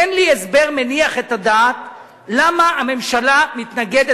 אין לי הסבר מניח את הדעת למה הממשלה מתנגדת,